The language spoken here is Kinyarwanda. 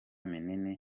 minini